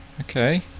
okay